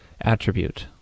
attribute